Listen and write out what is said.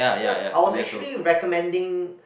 I was actually recommending